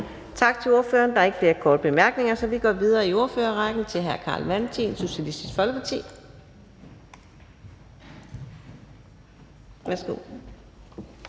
Tak til ordføreren. Der er ikke flere korte bemærkninger, så vi går videre i ordførerrækken til hr. Carl Valentin, Socialistisk Folkeparti.